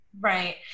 Right